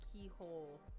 keyhole